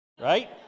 right